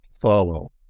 follow